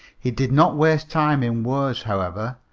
he did not waste time in words, however,